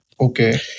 Okay